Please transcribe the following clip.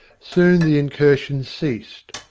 soon the incursion ceased,